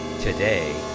Today